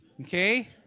Okay